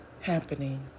happening